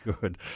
Good